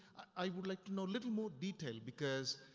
i would like to know little more detail, because,